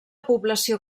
població